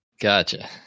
Gotcha